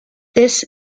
this